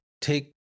take